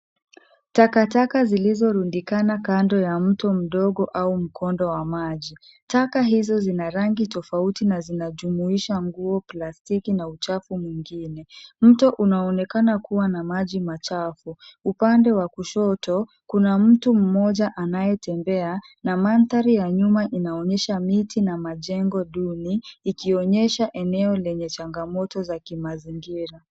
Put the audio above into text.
Takataka zilizorundikana kando ya mto mdogo au mkondo wa maji. Taka hizi zina rangi tofauti na zinajumuisha nguo, plastiki na uchafu mwingine. Mto unaonekana kuwa na maji machafu. Upande wa kushoto. kuna mtu mmoja anayetembea na mandhari ya nyuma inaonyesha miti na majengo duni ikionyesha eneo lenye changamoto za kimazingira.